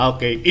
Okay